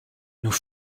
nous